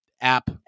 app